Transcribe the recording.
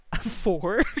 four